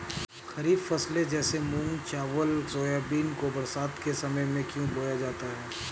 खरीफ फसले जैसे मूंग चावल सोयाबीन को बरसात के समय में क्यो बोया जाता है?